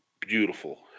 beautiful